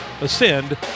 Ascend